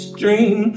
dream